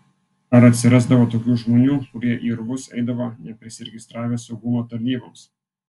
ar atsirasdavo tokių žmonių kurie į urvus eidavo neprisiregistravę saugumo tarnyboms